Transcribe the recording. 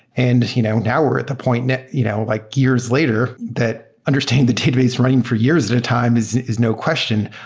and you know now we're at the point and you know like years later, that understanding the database running for years at a time is is no question.